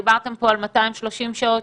דיברתם פה על 230 שעות,